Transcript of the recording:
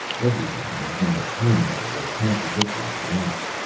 every one was in a turmoil of contradictory beliefs.